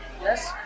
Yes